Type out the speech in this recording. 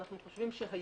אנחנו חושבים שהיום,